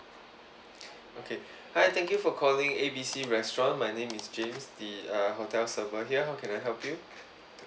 okay hi thank you for calling A B C restaurant my name is james the err hotel server here how can I help you